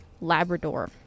Labrador